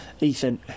Ethan